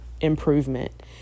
improvement